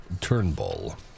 Turnbull